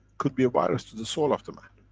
could be a virus to the soul of the man.